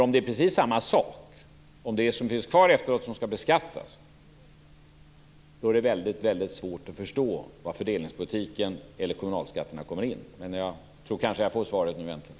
Om det är precis samma sak, dvs. det som finns kvar efteråt och skall beskattas, är det väldigt svårt att förstå var fördelningspolitiken och kommunalskatterna kommer in. Men jag tror att jag nu kanske äntligen får svaret.